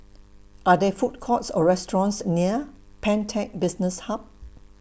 Are There Food Courts Or restaurants near Pantech Business Hub